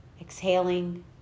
exhaling